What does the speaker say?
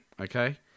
okay